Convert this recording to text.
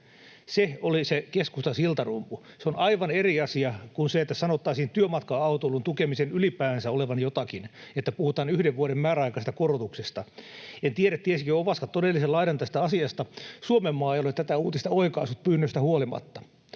Se oli se keskustan siltarumpu. Se on aivan eri asia kuin se, että sanottaisiin työmatka-autoilun tukemisen ylipäänsä olevan jotakin, kun puhutaan yhden vuoden määräaikaisesta korotuksesta. En tiedä, tiesikö Ovaska todellisen laidan tästä asiasta. Suomenmaa ei ole tätä uutista oikaissut pyynnöistä huolimatta.